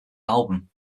album